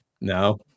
no